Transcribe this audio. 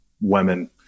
women